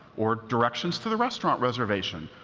or directions to the restaurant reservation,